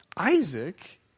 Isaac